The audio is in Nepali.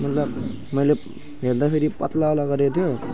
मतलब मैले हेर्दाखेरि पत्लावाला गरेको थियो